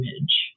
image